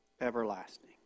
Everlasting